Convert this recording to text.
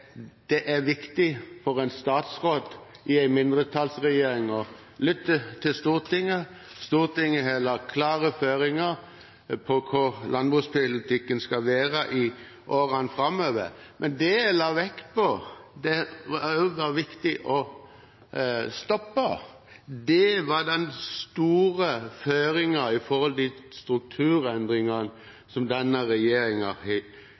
Det er viktig for en statsråd i en mindretallsregjering å lytte til Stortinget. Stortinget har lagt klare føringer for hvordan landbrukspolitikken skal være i årene framover. Det jeg la vekt på at var viktig å stoppe, var den store føringen når det gjelder de strukturendringene som denne regjeringen har